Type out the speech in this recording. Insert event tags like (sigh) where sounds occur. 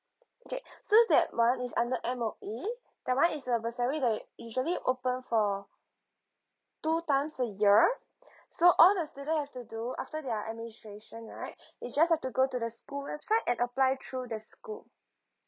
okay (breath) so that one is under M_O_E that one is a bursary like usually open for two times a year (breath) so all the student have to do after their administration right (breath) you just have to go to the school website and apply through the school